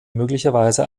möglicherweise